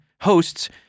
hosts